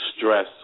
stress